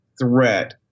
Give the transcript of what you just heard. threat